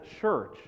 church